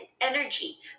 energy